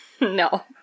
No